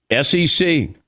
SEC